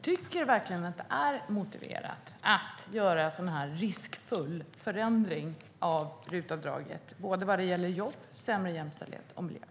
Tycker ni verkligen att det är motiverat att göra en sådan här riskfylld förändring av RUT-avdraget vad gäller såväl jobb och sämre jämställdhet som miljö?